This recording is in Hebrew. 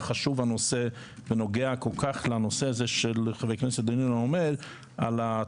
חשוב ונוגע כל-כך לנושא שחבר הכנסת דנינו מדבר עליו,